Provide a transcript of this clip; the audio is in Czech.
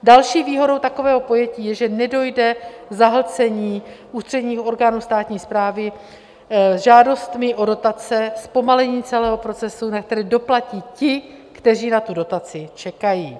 Další výhodou takového pojetí je, že nedojde k zahlcení ústředních orgánů státní správy žádostmi o dotace, zpomalení celého procesu, na který doplatí ti, kteří na dotaci čekají.